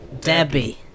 Debbie